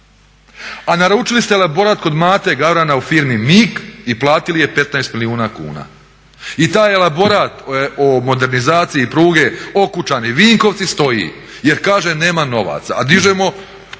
a naručili ste elaborat kod Mate Gavrana u firmi MIG i platili je 15 milijuna kuna. I taj elaborat o modernizaciji pruge Okučani – Vinkovci stoji, jer kaže nema novaca,